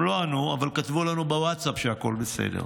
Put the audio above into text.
הם לא ענו, אבל כתבו לנו בווטסאפ שהכול בסדר.